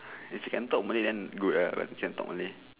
if you can talk malay then good ah but you can't talk malay